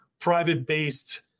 private-based